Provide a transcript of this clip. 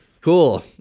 Cool